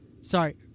Sorry